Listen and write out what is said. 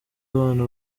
abana